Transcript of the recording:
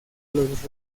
los